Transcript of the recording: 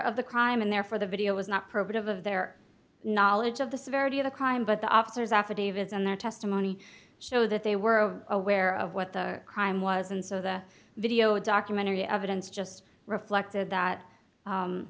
of the crime and therefore the video was not probative of their knowledge of the severity of the crime but the officers affidavits and their testimony show that they were aware of what the crime was and so the video documentary evidence just reflected that